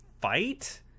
fight